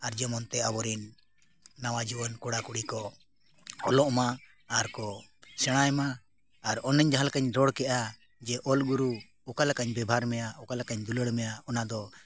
ᱟᱨ ᱡᱮᱢᱚᱱ ᱛᱮ ᱟᱵᱚᱨᱮᱱ ᱱᱟᱣᱟ ᱡᱩᱣᱟᱹᱱ ᱠᱚᱲᱟ ᱠᱩᱲᱤ ᱠᱚ ᱚᱞᱚᱜ ᱢᱟ ᱟᱨ ᱠᱚ ᱥᱮᱬᱟᱭ ᱢᱟ ᱟᱨ ᱚᱱᱮᱧ ᱡᱟᱦᱟᱸ ᱞᱮᱠᱟᱧ ᱨᱚᱲ ᱠᱮᱜᱼᱟ ᱡᱮ ᱚᱞᱜᱩᱨᱩ ᱚᱠᱟ ᱞᱮᱠᱟᱧ ᱵᱮᱵᱷᱟᱨ ᱢᱮᱭᱟ ᱚᱠᱟ ᱞᱮᱠᱟᱧ ᱫᱩᱞᱟᱹᱲ ᱢᱮᱭᱟ ᱚᱱᱟ ᱫᱚ